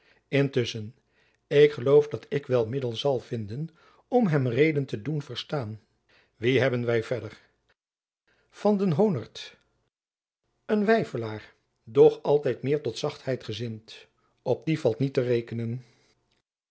ik geloof dat ik wel middel zal vinden om hem reden te doen verstaan wie hebben wy verder van den honert een weifelaar doch altijd meer tot zachtheid gezind op dien valt niet te rekenen